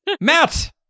Matt